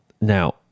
Now